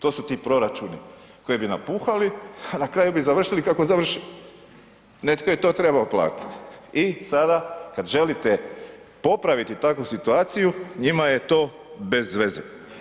To su ti proračuni koje bi napuhali a na kraju bi završili kako završe, netko je to trebao platiti i sada kad želite popraviti takvu situaciju, njima je to bez veze.